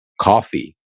Coffee